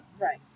Right